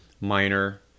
minor